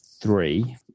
three